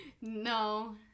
No